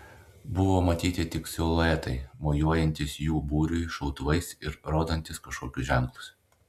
buvo matyti tik siluetai mojuojantys jų būriui šautuvais ir rodantys kažkokius ženklus